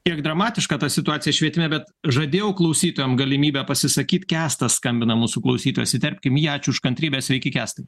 kiek dramatiška ta situacija švietime bet žadėjau klausytojam galimybę pasisakyt kęstas skambina mūsų klausytojas įterpkim ji ačiū už kantrybę sveiki kęstai